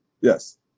Yes